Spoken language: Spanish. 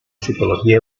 psicología